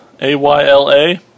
A-Y-L-A